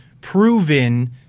proven